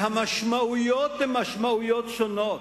והמשמעויות הן משמעויות שונות.